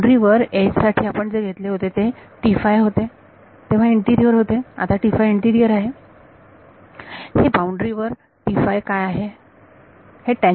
boundary वर edge साठी आपण जे घेतले होते ते होते तेव्हा इंटिरियर होते आता इंटिरियर आहे हे बाउंड्री वर काय आहे